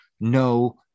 No